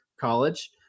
college